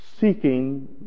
seeking